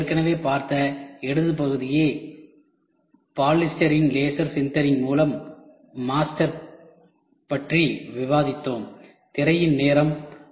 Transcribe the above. நாம் ஏற்கனவே பார்த்த இடது பகுதியை பாலிஸ்டிரீனின் லேசர் சின்தேரிங் மூலம் மாஸ்டர் பற்றி விவாதித்தோம்